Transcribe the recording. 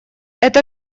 это